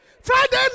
Friday